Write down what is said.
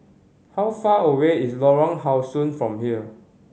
how far away is Lorong How Sun from here